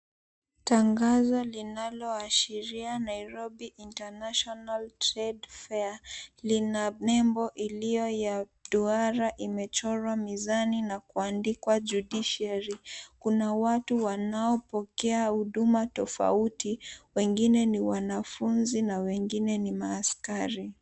Tangazo linaloashiria 'Nairobi international trade fair', lina nembo iliyo ya duara imechorwa mizani na kuandikwa 'Judiciary'. Kuna watu wanaopokea huduma tofauti, wengine ni wanafunzi na wengine ni maaskari.